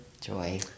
joy